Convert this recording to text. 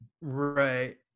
Right